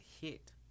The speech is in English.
hit